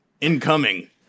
incoming